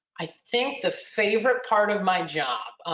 i think the favorite part of my job.